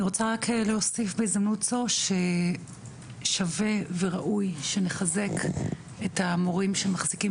אני רוצה להוסיף בהזדמנות זאת ששווה וראוי שנחזק את המורים שמחזיקים